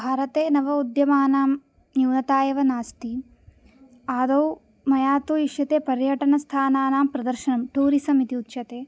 भारते नव उद्यमानां न्यूनता एव नास्ति आदौ मया तु इष्यते पर्यटनस्थानानां प्रदर्शनं टूरिस्म् इति उच्यते